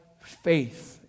faith